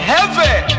Heavy